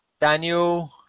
daniel